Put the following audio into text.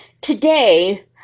Today